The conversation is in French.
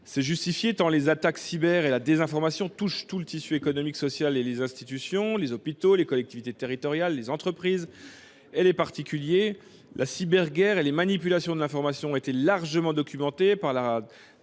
plus que les attaques cyber et la désinformation touchent l’ensemble du tissu économique et social, les institutions, les hôpitaux, les collectivités territoriales, les entreprises ou encore les particuliers. La cyberguerre et les manipulations de l’information ont été largement documentées par la